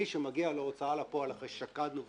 מי שמגיע להוצאה לפועל אחרי ששקדנו,